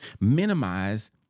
minimize